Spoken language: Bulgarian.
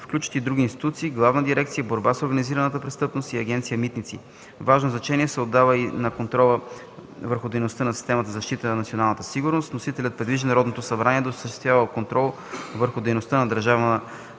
включват и други институции – Главна дирекция „Борба с организираната престъпност“ и Агенция „Митници“. Важно значение се отдава на контрола върху дейността на системата за защита на националната сигурност. Вносителят предвижда Народното събрание да осъществява контрола върху дейността на Държавна